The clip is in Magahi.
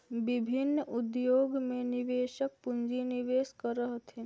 विभिन्न उद्योग में निवेशक पूंजी निवेश करऽ हथिन